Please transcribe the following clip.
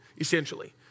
essentially